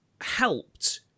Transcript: helped